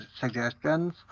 suggestions